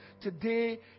Today